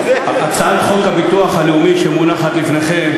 הצעת החוק לתיקון חוק הביטוח הלאומי המונחת לפניכם